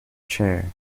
chair